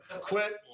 Quit